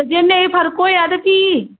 जे नेईं फर्क होएआ ते भी